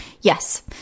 Yes